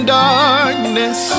darkness